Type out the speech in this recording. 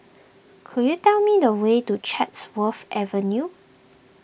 could you tell me the way to Chatsworth Avenue